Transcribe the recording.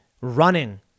running